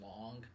long